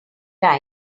times